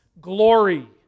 glory